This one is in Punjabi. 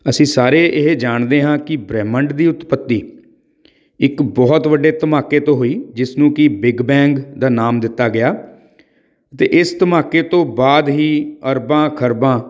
ਅਸੀਂ ਸਾਰੇ ਇਹ ਜਾਣਦੇ ਹਾਂ ਕਿ ਬ੍ਰਹਿਮੰਡ ਦੀ ਉਤਪੱਤੀ ਇੱਕ ਬਹੁਤ ਵੱਡੇ ਧਮਾਕੇ ਤੋਂ ਹੋਈ ਜਿਸ ਨੂੰ ਕਿ ਬਿੱਗ ਬੈਂਗ ਦਾ ਨਾਮ ਦਿੱਤਾ ਗਿਆ ਅਤੇ ਇਸ ਧਮਾਕੇ ਤੋਂ ਬਾਅਦ ਹੀ ਅਰਬਾਂ ਖਰਬਾਂ